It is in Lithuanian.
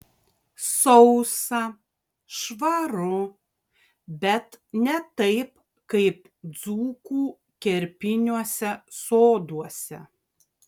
sausa švaru bet ne taip kaip dzūkų kerpiniuose soduose